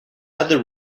other